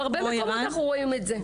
בהרבה מקומות אנחנו רואים את זה.